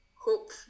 hope